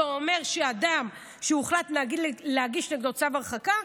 אומר שאדם שהוחלט להגיש נגדו צו הרחקה,